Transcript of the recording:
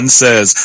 says